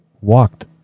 walked